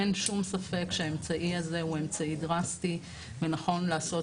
אין שום ספק שהאמצעי הזה הוא אמצעי דרסטי ונכון לעשות